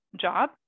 job